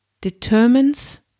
determines